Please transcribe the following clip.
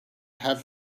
have